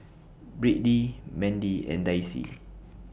Brittney Mandie and Daisie